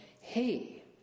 Hey